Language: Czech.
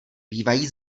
bývají